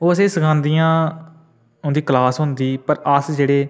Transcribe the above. ओह् असें ई सखांदियां उं'दी क्लास होंदी पर अस जेह्ड़े